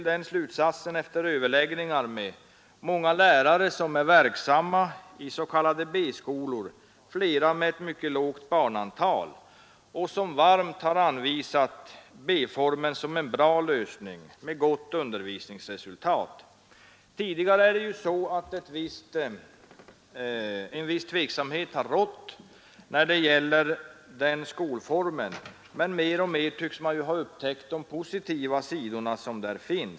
Vi har gjort det efter överläggningar med lärare som är verksamma i s.k. B-skolor — flera med mycket lågt elevantal — och som mycket varmt har anvisat B-formen som en bra lösning, med gott undervisningsresultat. Tidigare har en viss tveksamhet rått när det gäller den skolformen, men mer och mer tycks man ha upptäckt dess positiva sidor.